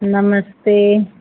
नमस्ते